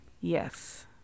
yes